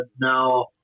now